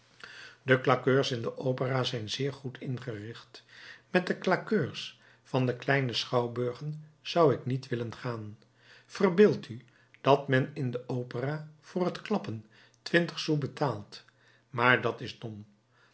de claqueurs in de opera zijn zeer goed ingericht met de claqueurs van de kleine schouwburgen zou ik niet willen gaan verbeeld u dat men in de opera voor het klappen twintig sous betaalt maar dat is dom